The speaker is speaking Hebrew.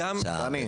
אין הוראות שעה כאלה.